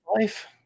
life